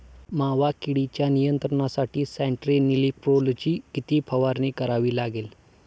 मावा किडीच्या नियंत्रणासाठी स्यान्ट्रेनिलीप्रोलची किती फवारणी करावी लागेल?